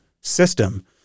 system